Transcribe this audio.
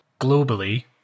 globally